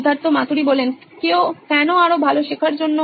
Siddharth Maturi C E O নোইন electronics কেন কেউ আরো ভালো শেখার জন্য